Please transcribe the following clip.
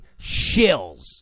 shills